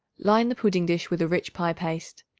line the pudding-dish with a rich pie-paste.